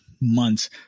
months